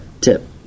Tip